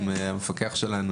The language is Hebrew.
עם המפקח שלנו,